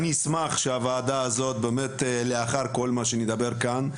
אני אשמח שהוועדה הזאת באמת לאחר כל מה שנדבר כאן,